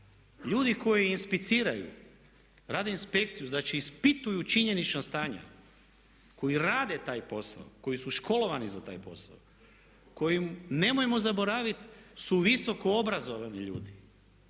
Ljudi koji inspiciraju, rade inspekciju, znači ispituju činjenična stanja, koji rade taj posao, koji su školovani za taj posao, koji nemojmo zaboravit su visoko obrazovani ljudi,